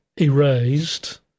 erased